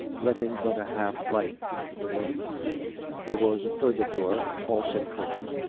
let ting but a half light into the room there was a further door, also curtained,